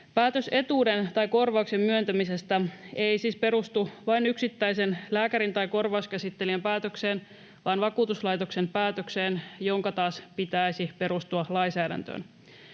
Päätös etuuden tai korvauksen myöntämisestä ei siis perustu vain yksittäisen lääkärin tai korvauskäsittelijän päätökseen vaan vakuutuslaitoksen päätökseen, jonka taas pitäisi perustua lainsäädäntöön.